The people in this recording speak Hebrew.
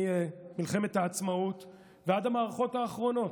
ממלחמת העצמאות ועד המערכות האחרונות,